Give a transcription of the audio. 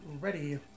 ready